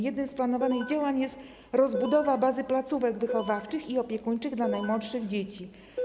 Jednym z planowanych działań jest rozbudowa bazy placówek wychowawczych i opiekuńczych dla najmłodszych dzieci.